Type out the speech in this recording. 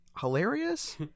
hilarious